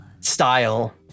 style